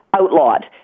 outlawed